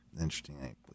interesting